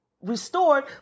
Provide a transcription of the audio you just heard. restored